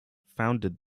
founded